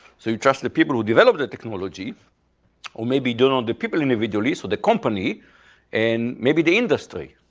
so you trust the people who develop the technology or maybe don't want the people individually, so the company and maybe the industry.